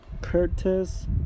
Curtis